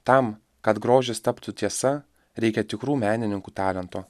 tam kad grožis taptų tiesa reikia tikrų menininkų talento